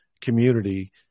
community